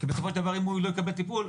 בסופו של דבר אם הוא לא יקבל טיפול,